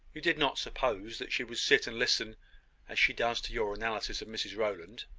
you did not suppose that she would sit and listen as she does to your analysis of mrs rowland.